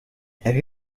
have